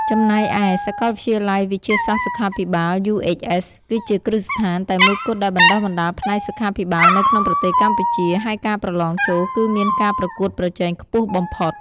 ចំណែកឯ សាកលវិទ្យាល័យវិទ្យាសាស្ត្រសុខាភិបាល UHS គឺជាគ្រឹះស្ថានតែមួយគត់ដែលបណ្ដុះបណ្ដាលផ្នែកសុខាភិបាលនៅក្នុងប្រទេសកម្ពុជា ហើយការប្រឡងចូលគឺមានការប្រកួតប្រជែងខ្ពស់បំផុត។